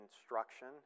instruction